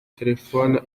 telephone